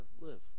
live